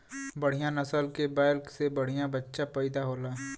बढ़िया नसल के बैल से बढ़िया बच्चा पइदा होला